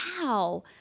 wow